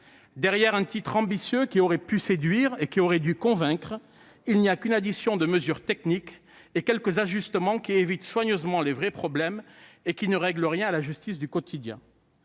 Derrière un titre ambitieux qui aurait pu séduire et qui aurait dû convaincre, il n'y a qu'une addition de mesures techniques et quelques ajustements qui évitent soigneusement les vrais problèmes et ne règlent en rien la justice du quotidien.